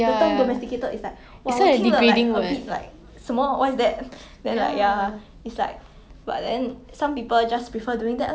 that you should not despise anyone that chose whatever role they want to become whether you become a wife or like a business woman like at the end of the day